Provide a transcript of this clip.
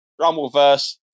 Rumbleverse